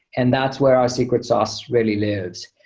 and that's where our secret sauce really lives.